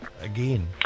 again